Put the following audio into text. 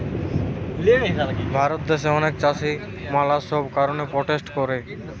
ভারত দ্যাশে অনেক চাষী ম্যালা সব কারণে প্রোটেস্ট করে